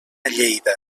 lleida